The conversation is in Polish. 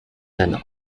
ten